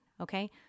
Okay